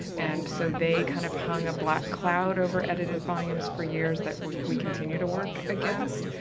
and so they kind of hung a black cloud over edited volumes for years that were we continue to work against.